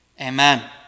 Amen